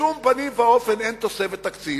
בשום פנים ואופן אין תוספת תקציב,